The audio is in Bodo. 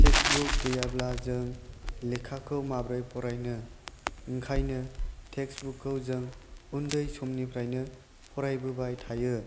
टेक्स्त बुक गैयाब्ला जों लेखाखौ माब्रै फरायनो ओंखायनो टेक्स्त बुकखौ जों उन्दै समनिफ्रायनो फरायबोबाय थायो